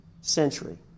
century